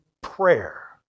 prayer